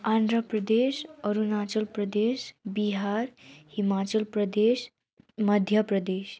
Andhra Pradesh Arunachal Pradesh Bihar Himachal Pradesh Madhya Pradesh